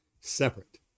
separate